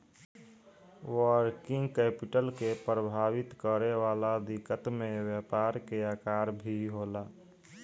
working capital के प्रभावित करे वाला दिकत में व्यापार के आकर भी होला